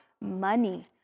money